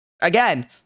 again